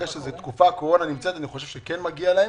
אחרי תקופה שהקורונה נמצאת אני חושב שכן מגיע להם,